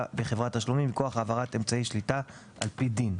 בחברת תשלומים מכוח העברת אמצעי שליטה על פי דין.